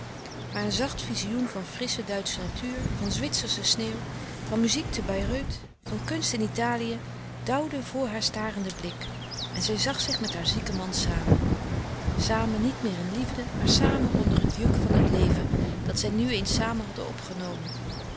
maar een zacht vizioen van frissche duitsche natuur van zwitsersche sneeuw van muziek te bayreuth van kunst in italië dauwde voor haar starenden louis couperus de stille kracht blik en zij zag zich met haar zieken man samen samen niet meer in liefde maar samen onder het juk van het leven dat zij nu eens samen hadden opgenomen